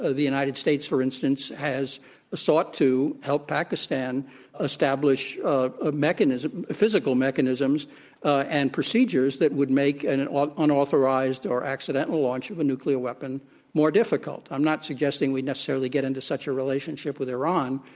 ah the united states, for instance, has sought to help pakistan establish ah ah physical mechanisms and procedures that would make an an ah unauthorized or accidental launch of a nuclear weapon more difficult. i'm not suggesting we necessarily get into such a relationship with iran,